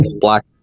black